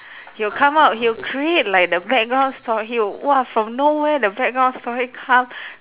he'll come up he'll create like the background stor~ he will !wah! from nowhere the background story come